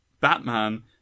batman